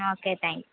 okay thanks